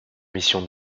mission